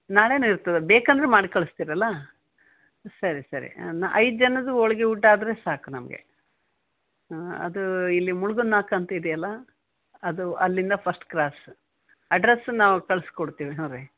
ನಾಳೆನೂ ಇರ್ತದೆ ಬೇಕಂದ್ರೆ ಮಾಡಿ ಕಳಿಸ್ತೀರಲ ಸರಿ ಸರಿ ನ ಐದು ಜನದ್ದು ಹೋಳ್ಗಿ ಊಟ ಆದ್ರೆ ಸಾಕು ನಮಗೆ ಅದು ಇಲ್ಲಿ ಮುಳ್ಗುನ್ನಾಕ್ ಅಂತ ಇದೆಯಲ್ಲ ಅದು ಅಲ್ಲಿಂದ ಫಸ್ಟ್ ಕ್ರಾಸ್ ಅಡ್ರಸ್ಸು ನಾವು ಕಳ್ಸಿ ಕೊಡ್ತೀವಿ ಹ್ಞೂ ರೀ